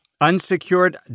unsecured